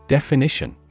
Definition